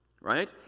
right